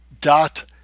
dot